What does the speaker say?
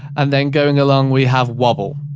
and then going along, we have wobble.